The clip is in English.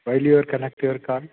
well your connect your call